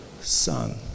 Son